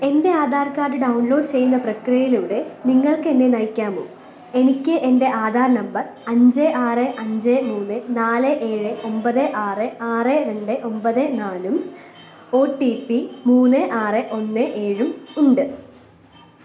എൻ്റെ Aadhaar card download ചെയ്യുന്ന പ്രക്രിയയിലൂടെ നിങ്ങൾക്ക് എന്നെ നയിക്കാമോ എനിക്ക് എൻ്റെ ആധാർ നമ്പർ അഞ്ച് ആറ് അഞ്ച് മൂന്ന് നാല് ഏഴ് ഒമ്പത് ആറ് ആറ് രണ്ട് ഒമ്പത് നാലും ഒ ടി പി മൂന്ന് ആറ് ഒന്ന് ഏഴും ഉണ്ട്